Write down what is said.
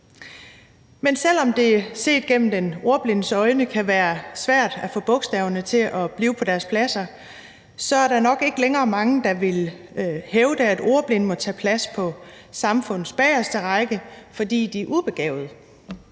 Men selv om det set gennem den ordblindes øjne kan være svært at få bogstaverne til at blive på deres pladser, er der nok ikke længere mange, der vil hævde, at ordblinde må tage plads på samfundets bageste række, fordi de er ubegavede.